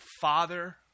Father